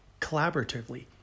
Collaboratively